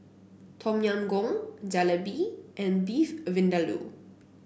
Tom Yam Goong Jalebi and Beef Vindaloo